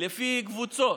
לפי קבוצות,